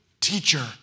teacher